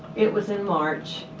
it was in march,